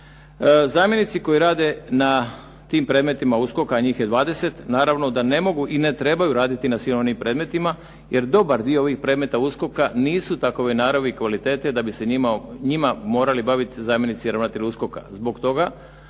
Zamjenici koji rade na tim predmetima USKOK-a, a njih je 20, naravno da ne mogu i ne trebaju raditi na svim onim predmetima, jer dobar dio ovih predmeta USKOK-a nisu takove naravi i kvalitete da bi se njima morali baviti zamjenici ravnatelja USKOK-a. Zbog toga